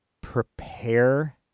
prepare